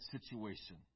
situation